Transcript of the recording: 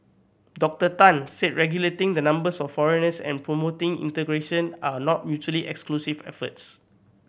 Doctor Tan said regulating the numbers of foreigners and promoting integration are not mutually exclusive efforts